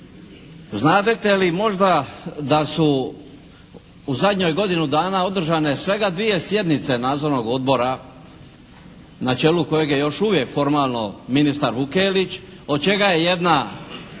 Znadete li možda da su u zadnjih godinu dana održane svega dvije sjednice Nadzornog odbora na čelu kojeg je još uvijek formalno ministar Vukelić od čega je jedna